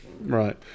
Right